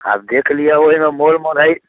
आब देखि लिऔ ओहिमे मोल मोले